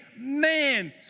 man